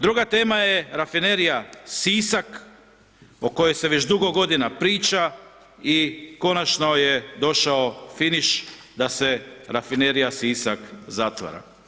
Druga tema je Rafinerija Sisak o kojoj se već dugo godina priča i konačno je došao finish da se Rafinerija Sisak zatvara.